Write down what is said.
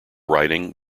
writing